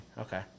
Okay